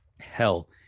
hell